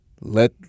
let